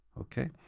Okay